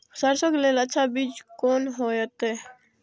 सरसों के लेल अच्छा बीज कोन होते?